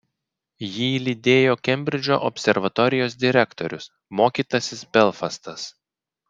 jį lydėjo kembridžo observatorijos direktorius mokytasis belfastas